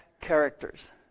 characters